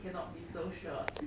cannot be so short